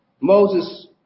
Moses